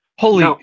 Holy